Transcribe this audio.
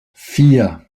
vier